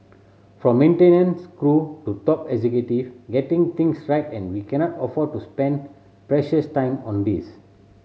from maintenance crew to top executive getting things right and we cannot afford to spend precious time on this